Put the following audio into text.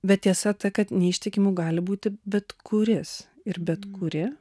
bet tiesa ta kad neištikimu gali būti bet kuris ir bet kuri